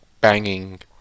banging